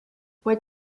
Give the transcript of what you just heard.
what